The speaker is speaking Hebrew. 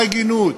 קצת הגינות,